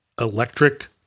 electric